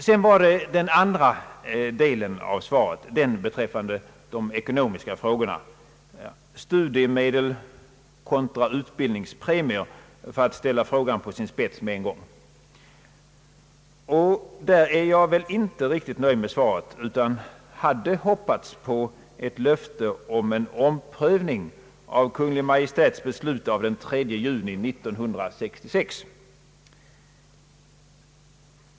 Sedan övergår jag till den andra delen av svaret, den beträffande de ekonomiska frågorna, studiemedel kontra utbildningspremier, för att ställa frågan på sin spets med en gång. Där är jag inte riktigt nöjd med svaret, utan jag hade hoppats på ett löfte om en omprövning av Kungl. Maj:ts beslut av den 3 juni 1966.